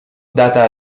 data